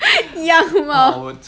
样貌